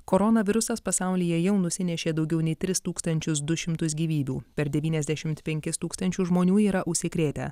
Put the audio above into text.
koronavirusas pasaulyje jau nusinešė daugiau nei tris tūkstančius du šimtus gyvybių per devyniasdešimt penkis tūkstančių žmonių yra užsikrėtę